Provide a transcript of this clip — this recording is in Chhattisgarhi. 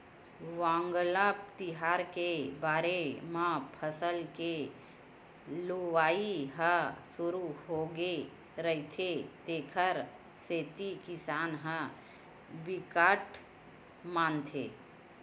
वांगला तिहार के बेरा म फसल के लुवई ह सुरू होगे रहिथे तेखर सेती किसान ह बिकट मानथे